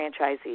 franchisees